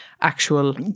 actual